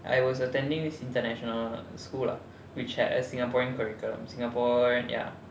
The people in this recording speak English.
I was attending his international school lah which had as singaporean curriculum Singapore and yeah